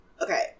okay